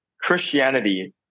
Christianity